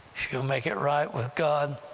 you'll make it right with god,